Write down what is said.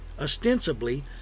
ostensibly